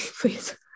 please